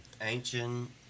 Ancient